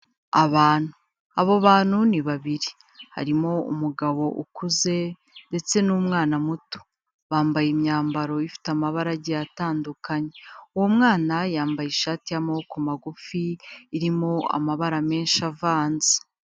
Abantu, abo bantu ni babiri, harimo umugabo ukuze ndetse n'umwana muto, bambaye imyambaro ifite amabarage atandukanye, uwo mwana yambaye ishati y'amaboko magufi, irimo amabara menshi avanze.